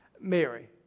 Mary